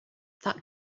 that